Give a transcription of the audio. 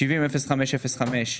תכנית 70-05-05,